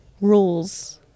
rules